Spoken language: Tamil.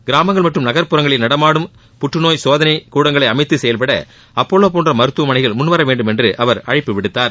கிராமங்கள் மற்றும் நகர்புறங்களில் நடமாடும் புற்றநோய் சோதனை கூடங்களை அமைத்து செயவ்பட அப்பல்லோ போன்ற மருத்துவமனைகள் முன்வர வேண்டும் என்று அவர் அழைப்பு விடுத்தார்